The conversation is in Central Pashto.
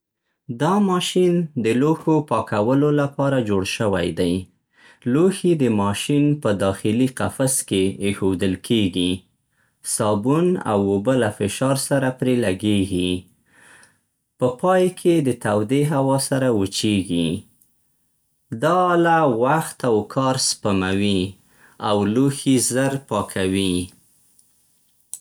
دا ماشین د لوښو پاکولو لپاره جوړ شوی دی. لوښي د ماشین په داخلي قفس کې اېښودل کېږي. صابون او اوبه له فشار سره پرې لګېږي. په پای کې د تودې هوا سره وچېږي. دا اله وخت او کار سپموي او لوښي زر پاکوي.